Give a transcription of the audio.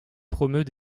promeut